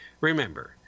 remember